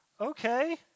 Okay